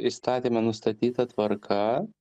įstatyme nustatyta tvarka